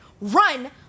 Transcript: Run